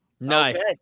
Nice